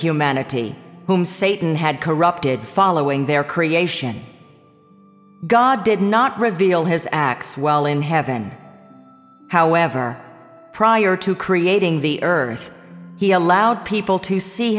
humanity whom satan had corrupted following their creation god did not reveal his acts well in heaven however prior to creating the earth he allowed people to see